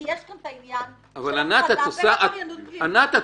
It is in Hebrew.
כי יש כאן את העניין שעלה בין עבריינות פלילית לעבריינות -- ענת,